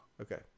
Okay